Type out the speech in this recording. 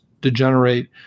degenerate